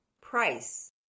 price